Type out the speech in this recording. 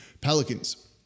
Pelicans